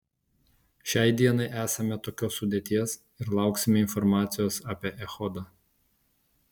šiai dienai esame tokios sudėties ir lauksime informacijos apie echodą